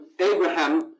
Abraham